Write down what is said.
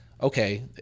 okay